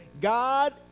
God